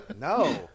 No